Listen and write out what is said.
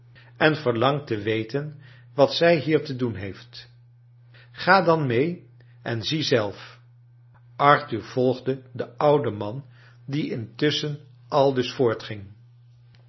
en verlangt te weten wat zij hier te doen beeft ga dan mee en zie zelf arthur volgde den ouden man die intusschen aldus voortging